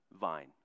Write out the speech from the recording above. vine